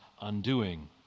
undoing